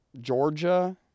georgia